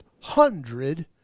hundred